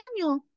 Daniel